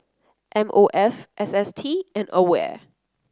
M O F S S T and Aware